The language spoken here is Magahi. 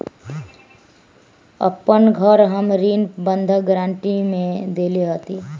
अपन घर हम ऋण बंधक गरान्टी में देले हती